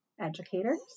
educators